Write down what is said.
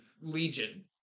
legion